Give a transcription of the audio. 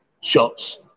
shots